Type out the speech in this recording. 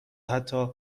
حتی